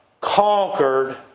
conquered